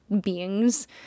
beings